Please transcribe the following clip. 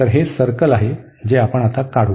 तर हे सर्कल आहे जे आपण आता काढू